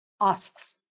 asks